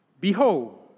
Behold